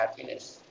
happiness